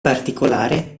particolare